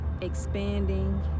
expanding